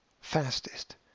fastest